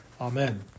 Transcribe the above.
Amen